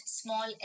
small